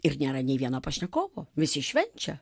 ir nėra nei vieno pašnekovo visi švenčia